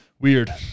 Weird